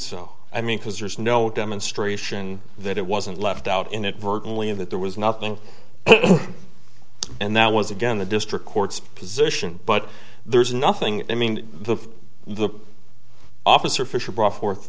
so i mean because there's no demonstration that it wasn't left out inadvertently of that there was nothing and that was again the district court's position but there's nothing i mean the the officer fisher brought forth